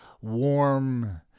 warm